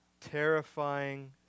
Terrifying